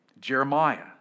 Jeremiah